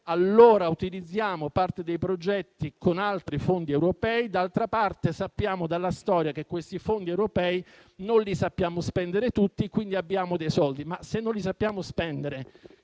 allora realizziamo parte dei progetti con altri fondi europei e d'altra parte sappiamo dalla storia che questi fondi europei non li sappiamo spendere tutti, quindi abbiamo delle risorse. Ma se non le sappiamo spendere,